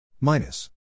minus